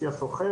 הסוחר,